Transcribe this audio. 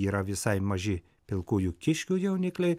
yra visai maži pilkųjų kiškių jaunikliai